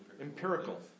Empirical